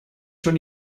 schon